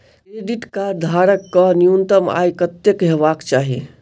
Credit card धारक कऽ न्यूनतम आय कत्तेक हेबाक चाहि?